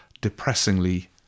depressingly